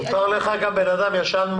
מותר לך גם כבן אדם ישן.